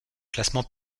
classement